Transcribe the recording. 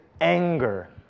anger